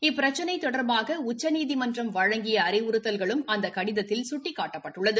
இப்பிரச்சினை தொடர்பாக உச்சநீதிமன்றம் வழங்கிய அறிவுறுத்தல்களும் அந்த கடிதத்தில் சுட்டிக்காட்டப்பட்டுள்ளது